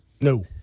no